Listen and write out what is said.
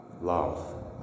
love